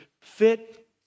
fit